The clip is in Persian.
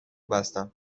بستم